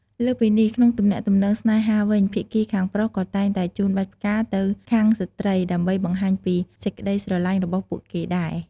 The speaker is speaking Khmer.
លើសពីនេះ ក្នុងទំនាក់ទំនងស្នេហាវិញ ភាគីខាងបុរសក៏តែងតែជូនបាច់ផ្កាទៅខាងស្ត្រី ដើម្បីបង្ហាញពីសេចក្ដីស្រឡាញ់របស់ពួកគេដែរ។